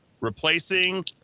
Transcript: replacing